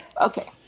Okay